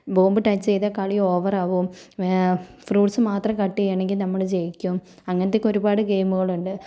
bomb touch ചെയ്താൽ കളി ഓവറാകും ഫ്രൂട്സ് മാത്രം കട്ട് ചെയ്യണമെങ്കിൽ നമ്മള് ജയിക്കും അങ്ങത്തെയൊക്കെ ഒരുപാട് ഗെയിമുകളുണ്ട്